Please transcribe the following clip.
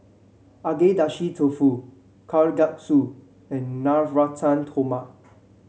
Agedashi Dofu Kalguksu and Navratan Korma